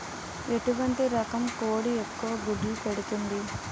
ఎటువంటి రకం కోడి ఎక్కువ గుడ్లు పెడుతోంది?